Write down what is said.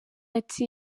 ati